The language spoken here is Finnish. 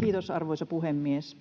Kiitos, arvoisa puhemies!